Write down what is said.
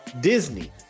Disney